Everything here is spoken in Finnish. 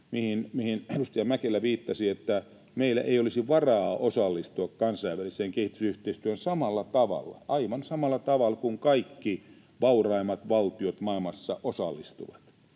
mihin edustaja Mäkelä viittasi sillä, että meillä ei olisi varaa osallistua kansainväliseen kehitysyhteistyöhön samalla tavalla — aivan samalla tavalla — kuin kaikki vauraimmat valtiot maailmassa osallistuvat.